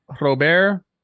Robert